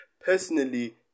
Personally